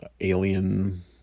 alien